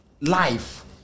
life